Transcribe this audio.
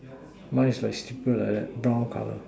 mine is like simple like that brown colour